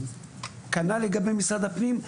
כנ"ל לגבי משרד הפנים.